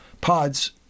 pods